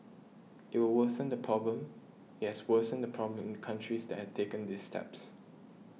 it will worsen the problem it has worsened the problem in the countries that has taken these steps